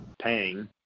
paying